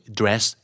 dress